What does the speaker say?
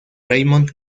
raymond